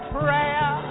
prayer